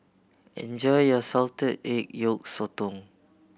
enjoy your salted egg yolk sotong